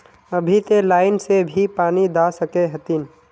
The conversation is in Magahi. अभी ते लाइन से भी पानी दा सके हथीन?